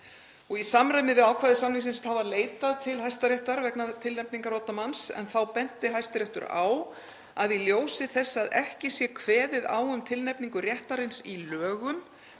Í samræmi við ákvæði samningsins var leitað til Hæstaréttar vegna tilnefningar oddamanns en þá benti Hæstiréttur á að í ljósi þess að ekki sé kveðið á um tilnefningu réttarins í lögum